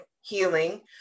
healing